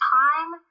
time